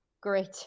great